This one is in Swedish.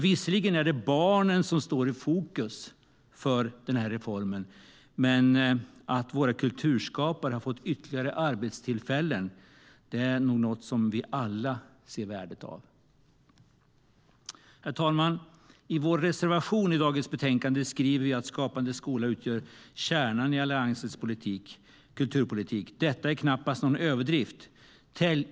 Visserligen är det barnen som står i fokus för denna reform, men att våra kulturskapare har fått ytterligare arbetstillfällen är något som vi alla ser värdet av. Herr talman! I vår reservation i dagens betänkande skriver vi att Skapande skola utgör kärnan i Alliansens kulturpolitik. Detta är knappast någon överdrift.